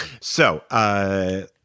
so-